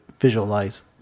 visualize